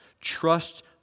Trust